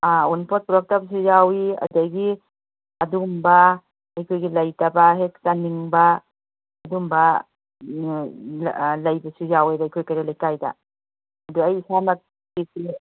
ꯑꯥ ꯑꯋꯨꯟꯄꯣꯠ ꯄꯨꯔꯛꯇꯕꯁꯨ ꯌꯥꯎꯏ ꯑꯗꯒꯤ ꯑꯗꯨꯒꯨꯝꯕ ꯑꯩꯈꯣꯏꯒꯤ ꯂꯩꯇꯕ ꯍꯦꯛ ꯆꯟꯅꯤꯡꯕ ꯑꯗꯨꯝꯕ ꯂꯩꯕꯁꯨ ꯌꯥꯎꯋꯦꯕ ꯑꯩꯈꯣꯏ ꯀꯩꯔꯣꯏ ꯂꯩꯀꯥꯏꯗ ꯑꯗꯨ ꯑꯩ ꯏꯁꯥꯃꯛ